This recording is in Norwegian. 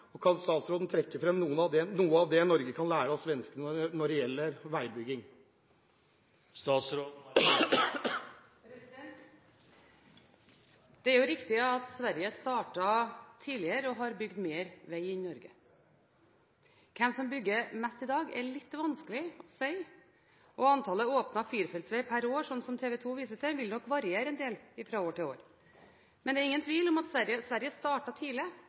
Kan statsråden trekke fram noe av det Norge kan lære av svenskene når det gjelder veibygging? Det er riktig at Sverige startet tidligere og har bygd mer veg enn Norge. Hvem som bygger mest i dag, er litt vanskelig å si, og antallet km åpnet firefelts veg per år, slik TV 2 viser til, vil nok variere en del fra år til år. Men det er ingen tvil om at Sverige startet tidlig,